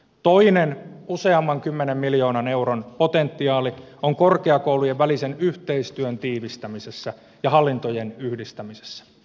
toinen useamman kymmenen miljoonan euron potentiaali on korkeakoulujen välisen yhteistyön tiivistämisessä ja hallintojen yhdistämisessä